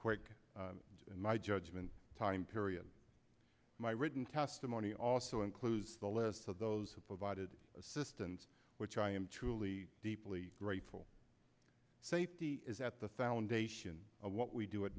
quick and in my judgment time period my written testimony also includes the lists of those who provided assistance which i am truly deeply grateful safety is at the foundation of what we do at